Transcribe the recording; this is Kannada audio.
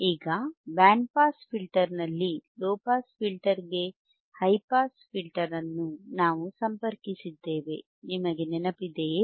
ಈಗ ಬ್ಯಾಂಡ್ ಪಾಸ್ ಫಿಲ್ಟರ್ನಲ್ಲಿ ಲೊ ಪಾಸ್ ಫಿಲ್ಟರ್ಗೆ ಹೈ ಪಾಸ್ ಫಿಲ್ಟರ್ ಅನ್ನು ನಾವು ಸಂಪರ್ಕಿಸಿದ್ದೇವೆ ನಿಮಗೆ ನೆನಪಿದೆಯೆ